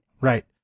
Right